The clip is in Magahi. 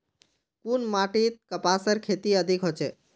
कुन माटित कपासेर खेती अधिक होचे?